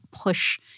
push –